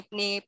ni